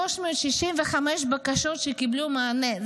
365 בקשות קיבלו מענה.